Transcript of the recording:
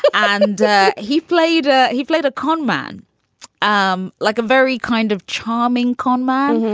and and he played ah he played a con man um like a very kind of charming con man.